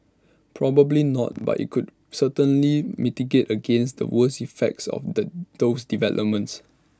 probably not but IT could certainly mitigate against the worst effects of the those developments